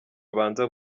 babanza